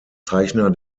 zeichner